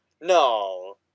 No